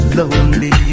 lonely